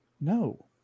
no